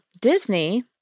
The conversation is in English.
Disney